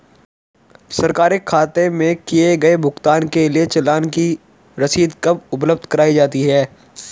सरकारी खाते में किए गए भुगतान के लिए चालान की रसीद कब उपलब्ध कराईं जाती हैं?